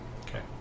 Okay